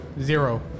Zero